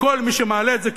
וכל מי שמעלה את זה,